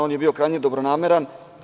On je bio krajnje dobronameran.